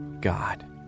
God